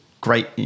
great